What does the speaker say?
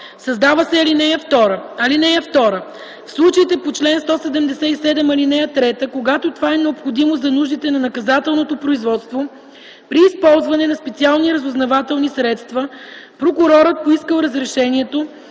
Създава се ал. 2: „(2) В случаите по чл. 177, ал. 3, когато това е необходимо за нуждите на наказателното производство, при използване на специални разузнавателни средства прокурорът, поискал разрешението,